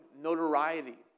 notoriety